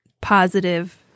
positive